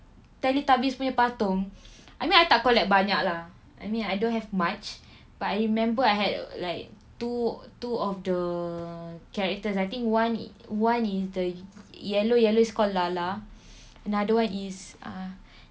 teletubbies punya patung I mean I tak collect banyak lah I mean I don't have much but I remember I had like two two of the characters I think one one is the yellow yellow is called laa-laa another one is ah